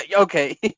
okay